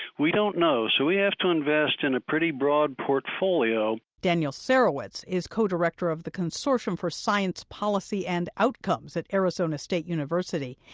we don't know. so we have to invest in a pretty broad portfolio daniel sarewitz is co-director of the consortium for science, policy and outcomes at arizona state university.